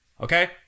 Okay